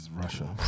Russia